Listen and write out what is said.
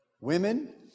Women